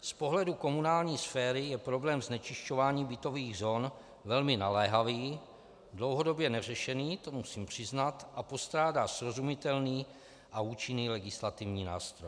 Z pohledu komunální sféry je problém znečišťování bytových zón velmi naléhavý, dlouhodobě neřešený, to musím přiznat, a postrádá srozumitelný a účinný legislativní nástroj.